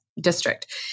district